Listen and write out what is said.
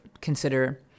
consider